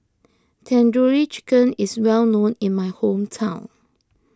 Tandoori Chicken is well known in my hometown